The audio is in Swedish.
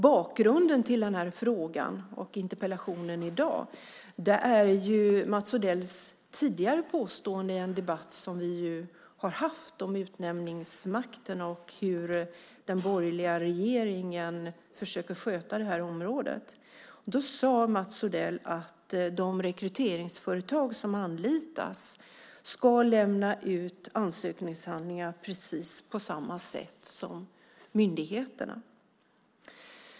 Bakgrunden till den här frågan och interpellationen i dag är ju Mats Odells tidigare påstående i en debatt som vi har haft om utnämningsmakten och hur den borgerliga regeringen försöker sköta det här området. Då sade Mats Odell att de rekryteringsföretag som anlitas ska lämna ut ansökningshandlingar precis på samma sätt som myndigheterna.